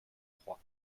trois